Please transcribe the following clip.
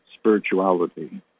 spirituality